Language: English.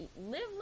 live